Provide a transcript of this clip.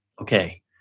Okay